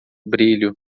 brilho